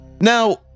Now